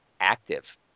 active